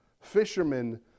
fishermen